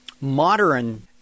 modern